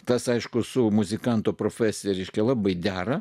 tas aišku su muzikanto profesija reiškia labai dera